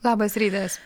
labas rytas